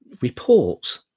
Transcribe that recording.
reports